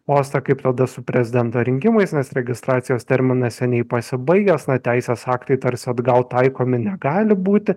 postą kaip tada su prezidento rinkimais nes registracijos terminas seniai pasibaigęs na teisės aktai tarsi atgal taikomi negali būti